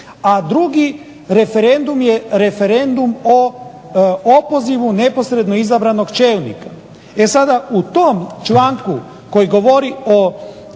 a drugi referendum o opozivu neposredno izabranog čelnika. E sada, u tom članku koji govori o